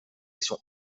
actions